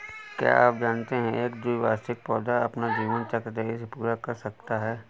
क्या आप जानते है एक द्विवार्षिक पौधा अपना जीवन चक्र तेजी से पूरा कर सकता है?